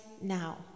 now